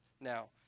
now